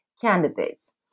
candidates